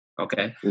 Okay